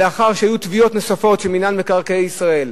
ולאחר שהיו תביעות נוספות של מינהל מקרקעי ישראל,